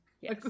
Yes